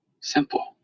Simple